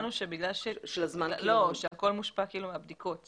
הכול מושפע מהבדיקות.